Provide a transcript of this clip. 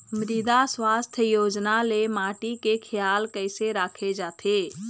मृदा सुवास्थ योजना ले माटी के खियाल कइसे राखे जाथे?